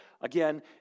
again